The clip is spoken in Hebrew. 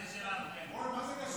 התשפ"ד 2024, לוועדת הבריאות